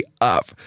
up